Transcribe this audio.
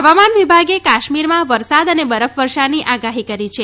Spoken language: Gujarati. હવામાન વિભાગે કાશ્મીરમાં વરસાદ અને બરફવર્ષાની આગાહી કરી છે